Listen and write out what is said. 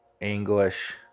English